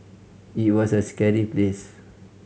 it was a scary place